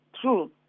True